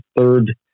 third